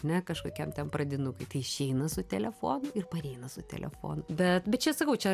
ne kažkokiam ten pradinukui tai išeina su telefonu ir pareina su telefonu bet bet čia sakau čia